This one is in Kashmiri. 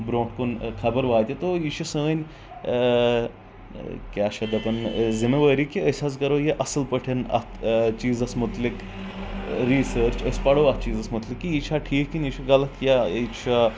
برٛونٛہہ کُن خبر واتہِ تو یہِ چھ سٲنۍ کیٛاہ چھِ اتھ دپان یہِ ذِمہِ وٲری کہِ أسۍ حظ کرو یہِ آس پٲٹھۍ اتھ چیٖزس مُتعلق ریٖسٲرِچ أسۍ پرو اتھ مُتعلق کہِ یہِ چھا ٹھیک کِنہٕ یہِ چھُ غلط یا یہِ چھُ